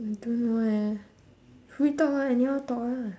I don't know leh free talk lah anyhow talk lah